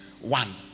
one